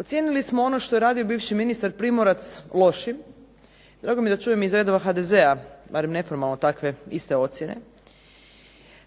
Ocijenili smo ono što je radio bivši ministar Primorac lošim. Drago mi je da čujem iz redova HDZ-a barem neformalno takve iste ocjene.